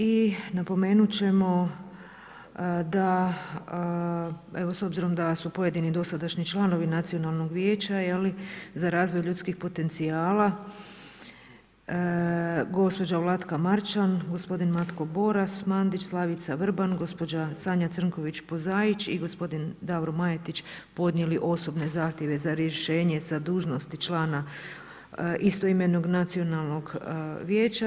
I napomenut ćemo da evo s obzirom da su pojedini dosadašnji članovi Nacionalnog vijeća za razvoj ljudskih potencijala, gospođa Vlatka Marčan, gospodin Matko Boras, Slavica Mandić Vrban, gospođa Sanja Crnković Pozaić i gospodin Davor Majetić podnijeli osobne zahtjeve za rješenje za dužnost člana istoimenog nacionalnog vijeća.